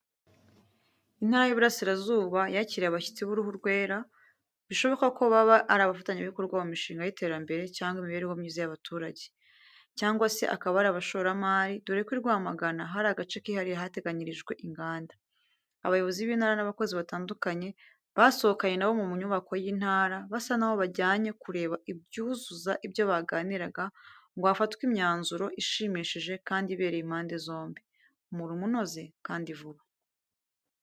Intara y'Iburasirazuba yakiriye abashyitsi b'uruhu rwera. Bishoboka ko baba ari abafatanyabikorwa mu mishinga y'iterambere cyangwa imibereho myiza y'abaturage, cyangwa se akaba ari abashoramari dore ko i Rwamagana hari agace kihariye kateganyirijwe inganda. Abayobozi b'intara n'abakozi batandukanye basohokanye na bo mu nyubako y'Intara, basa n'aho bajyanye kureba ibyuzuza ibyo baganiraga ngo hafatwe imyanzuro ishimishije kandi ibereye impande zombi. Umurimo unoze kandi vuba.